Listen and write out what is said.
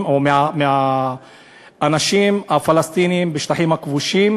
או מהאנשים הפלסטינים בשטחים הכבושים,